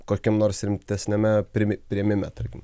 kokiam nors rimtesniame priėmime tarkim